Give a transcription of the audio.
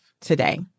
today